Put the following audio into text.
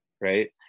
right